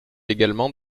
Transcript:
également